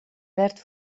werd